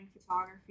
photography